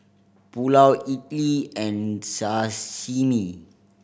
Pulao Idili and Sashimi